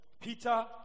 Peter